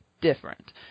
different